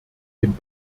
dem